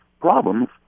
problems